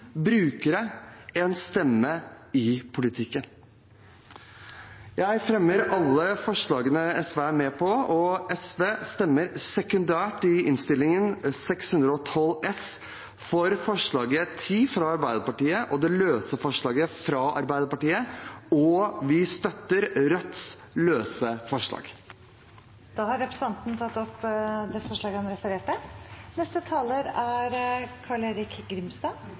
brukere en stemme i politikken. Jeg fremmer alle forslagene SV er med på. SV stemmer sekundært for forslag nr. 10, fra Arbeiderpartiet, i Innst. 612 L for 2020–2021, og for det løse forslaget fra Arbeiderpartiet. Vi støtter Rødts løse forslag. Representanten Nicholas Wilkinson har tatt opp de forslagene han refererte